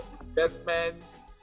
investments